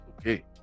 Okay